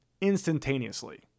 instantaneously